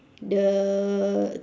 the